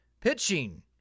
Pitching